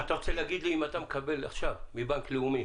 אתה רוצה להגיד לי, שאם אתה מקבל עכשיו מבנק לאומי